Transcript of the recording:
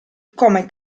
come